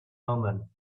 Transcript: omen